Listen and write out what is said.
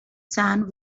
sand